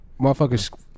motherfuckers